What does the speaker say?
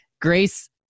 Grace